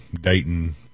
Dayton